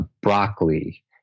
Broccoli